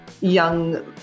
young